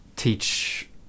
teach